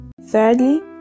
Thirdly